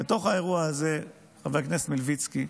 חבר הכנסת מלביצקי,